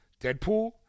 Deadpool